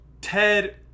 Ted